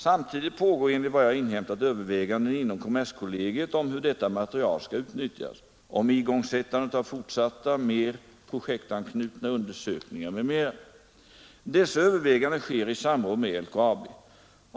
Samtidigt pågår enligt vad jag inhämtat överväganden inom kommerskollegiet om hur detta material skall utnyttjas, om igångsättandet av fortsatta, mer projektanknutna undersökningar m.m. Dessa överväganden sker i samråd med LKAB.